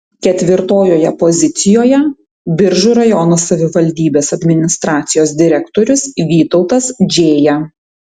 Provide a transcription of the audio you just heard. ketvirtojoje pozicijoje biržų rajono savivaldybės administracijos direktorius vytautas džėja